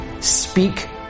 Speak